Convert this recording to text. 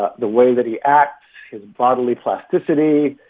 ah the way that he acts, his bodily plasticity,